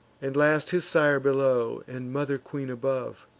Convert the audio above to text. and last his sire below, and mother queen above.